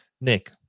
Nick